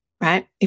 right